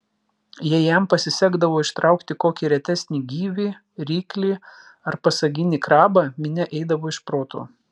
jei jam pasisekdavo ištraukti kokį retesnį gyvį ryklį ar pasaginį krabą minia eidavo iš proto